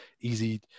easy